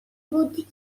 بود